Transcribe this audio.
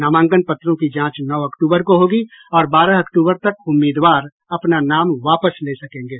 नामांकन पत्रों की जांच नौ अक्टूबर को होगी और बारह अक्टूबर तक उम्मीदवार अपना नाम वापस ले सकेंगे